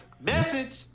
Message